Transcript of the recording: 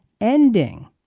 ending